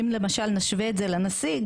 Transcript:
אם למשל נשווה את זה לנשיא,